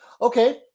Okay